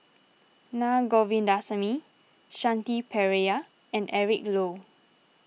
Na Govindasamy Shanti Pereira and Eric Low